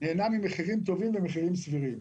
נהנה ממחירים טובים וסבירים.